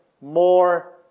more